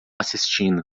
assistindo